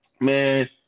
man